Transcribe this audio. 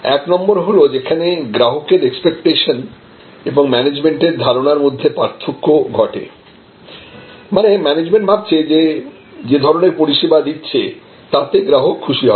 এক নম্বর হলো যেখানে গ্রাহকের এক্সপেক্টেশন এবং ম্যানেজমেন্টের ধারণার মধ্যে পার্থক্য ঘটে মানে ম্যানেজমেন্ট ভাবছে যে ধরনের পরিসেবা দিচ্ছে তাতে গ্রাহক খুশি হবে